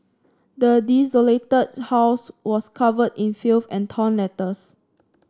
the desolated house was covered in filth and torn letters